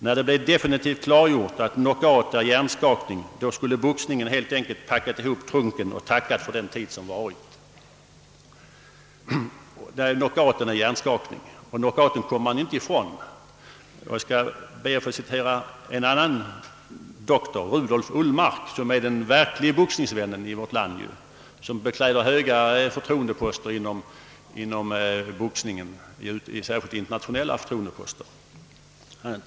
När det blev definitivt klargjort att knockout är hjärnskakning då skulle boxningen helt enkelt packat ihop trunken och tackat för den tid som varit.» Knockout är hjärnskakning, och knockout kommer man inte ifrån inom boxningen. Jag ber att få citera en annan doktor, Rudolf Ullmark, som är den verklige boxningsvännen i vårt land. Han bekläder höga förtroendeposter inom boxningen, särskilt internationella förtroendeposter.